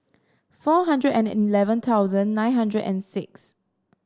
four hundred and eleven thousand nine hundred and six